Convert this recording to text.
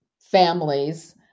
families